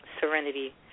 serenity